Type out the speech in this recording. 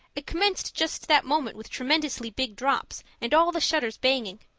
it commenced just that moment with tremendously big drops and all the shutters banging.